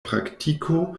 praktiko